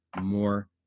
more